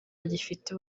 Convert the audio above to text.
agifite